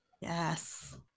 Yes